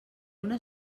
una